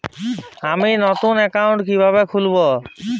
আমি নতুন অ্যাকাউন্ট কিভাবে খুলব?